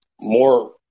more